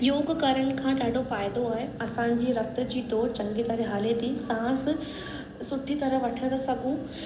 योग करण खां ॾाढो फ़ाइदो आहे असांजी रतु जी दौर चङी तरह हले थी सांस सुठी तरह वठी था सघूं